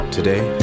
Today